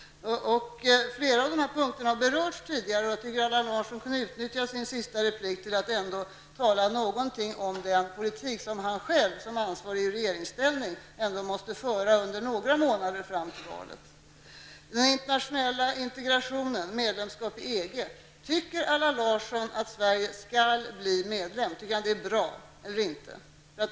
Flera av dessa punkter har berörts tidigare, och jag tycker att Allan Larsson kunde utnyttja sin sista replik till att tala något om den politik som han själv som ansvarig i regeringsställning ändå måste föra under några månader fram till valet. EG: Tycker Allan Larsson att Sverige skall bli medlem? Tycker han att det är bra eller inte?